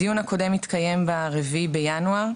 הדיון הקודם התקיים ב-4 בינואר,